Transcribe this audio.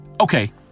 okay